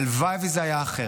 הלוואי שזה היה אחרת.